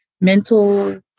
mental